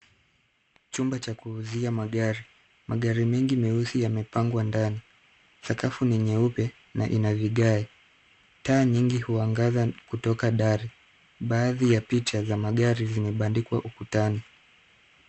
Chumba cha kuuzia magari. Magari mengi meusi yamepangwa ndani. Sakafu ni nyeupe na ina vigae. Taa nyingi huangaza kutoka dari. Baadhi ya picha za magari zimebandikwa ukutani.